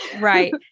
Right